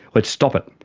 let's stop it,